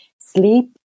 sleep